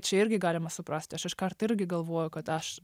čia irgi galima suprast aš iškart irgi galvoju kad aš